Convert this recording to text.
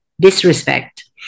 disrespect